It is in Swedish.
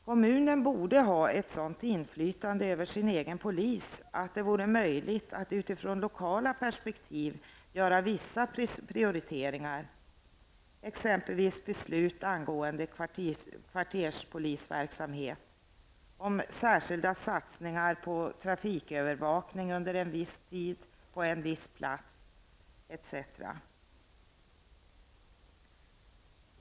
Kommunen borde ha ett sådant inflytande över sin egen polis att det vore möjligt att utifrån lokala perspektiv göra vissa prioriteringar, t.ex. beslut angående kvarterspolisverksamheten, särskilda satsningar på trafikövervakning under en viss tid och på en viss plats etc.